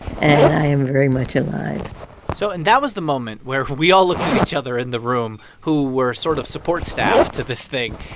and i am very much alive so and that was the moment where we all looked at each other in the room who were sort of support staff to this thing.